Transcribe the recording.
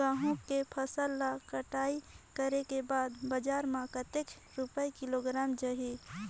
गंहू के फसल ला कटाई करे के बाद बजार मा कतेक रुपिया किलोग्राम जाही?